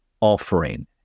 offering